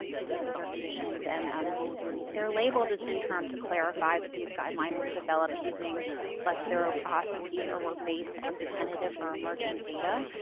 um diseases or conditions, and um they're labeled as interim to clarify that these guidelines were developed using less thorough processes or were based on tentative or emerging data,